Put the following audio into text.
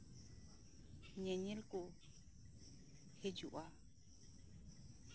ᱧᱮᱧᱮᱞ ᱠᱚ ᱦᱤᱡᱩᱜᱼᱟ